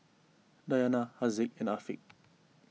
Dayana Haziq and Afiq